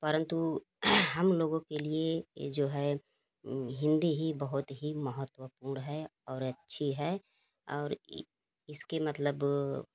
परंतु हम लोगों के लिए जो है हिंदी ही बहुत ही महत्वपूर्ण है और अच्छी है और इसके मतलब